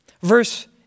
Verse